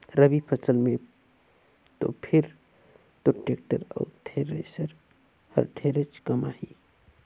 रवि फसल मे तो फिर तोर टेक्टर अउ थेरेसर हर ढेरेच कमाही